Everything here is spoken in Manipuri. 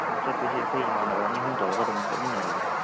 ꯆꯠꯄꯁꯦ ꯑꯩꯈꯣꯏ ꯏꯃꯥꯟꯅꯕ ꯑꯅꯤ ꯑꯍꯨꯝ ꯇꯧꯔꯒ ꯑꯗꯨꯝ ꯆꯠꯃꯤꯟꯅꯔꯁꯦ